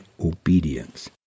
obedience